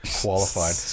qualified